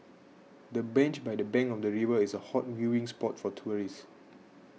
the bench by the bank of the river is a hot viewing spot for tourists